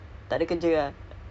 what serious